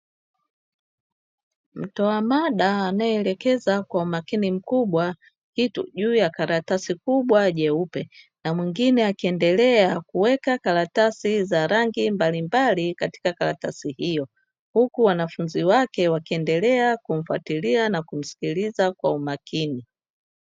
Mtoa mada anayeelekeza kwa umakini mkubwa kitu, juu ya karatasi kubwa jeupe na mwingine akiendelea kuweka karatasi za rangi mbalimbali katika karatasi hiyo, Huku wanafunzi wake wakiendelea kumfuatilia na kumsikiliza kwa umakini.